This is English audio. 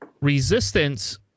Resistance